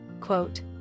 Quote